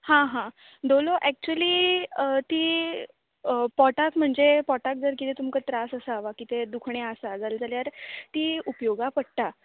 हां हां डोलो एक्चली ती पोटाक म्हणजे पोटाक जर कितें तुमकां त्रास आसा वा कितें दुखणें आसा जालें जाल्यार ती उपयोगाक पडटा